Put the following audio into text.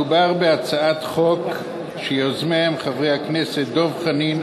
מדובר בהצעת חוק שיוזמיה הם חברי הכנסת דב חנין,